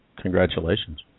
congratulations